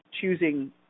choosing